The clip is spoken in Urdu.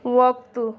وقت